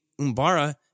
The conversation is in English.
Umbara